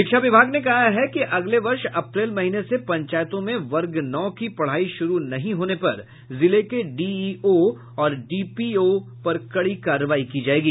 शिक्षा विभाग ने कहा है कि अगले वर्ष अप्रैल महीने से पंचायतों में वर्ग नौ की पढ़ाई शुरू नहीं होने पर जिले के डीईओ और डीपीओ पर कड़ी कार्रवाई की जायेगी